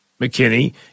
McKinney